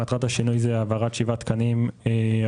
מטרת השינוי היא העברת שבעה תקנים עבור